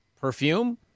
Perfume